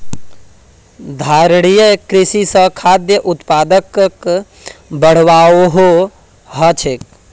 धारणिये कृषि स खाद्य उत्पादकक बढ़ववाओ ह छेक